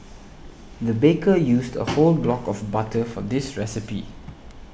the baker used a whole block of butter for this recipe